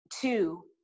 two